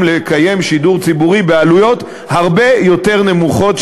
לקיים שידור ציבורי בעלויות הרבה יותר נמוכות,